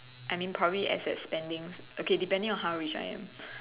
I mean probably except spending okay depending on how rich I am